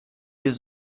has